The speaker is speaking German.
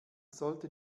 sollte